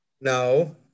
No